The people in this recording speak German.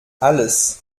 alles